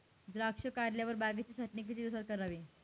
द्राक्षे काढल्यावर बागेची छाटणी किती दिवसात करावी?